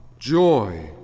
Joy